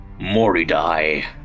Moridai